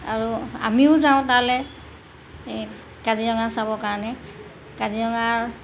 আৰু আমিও যাওঁ তালৈ এই কাজিৰঙা চাব কাৰণে কাজিৰঙাৰ